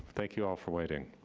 thank you all for waiting.